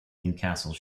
newcastle